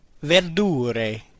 verdure